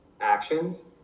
actions